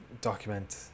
document